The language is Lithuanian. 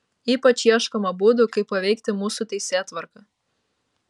ypač ieškoma būdų kaip paveikti mūsų teisėtvarką